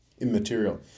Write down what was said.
immaterial